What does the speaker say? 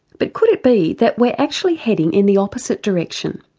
but could it be that we're actually heading in the opposite direction?